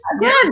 Again